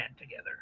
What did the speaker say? together